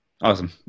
Awesome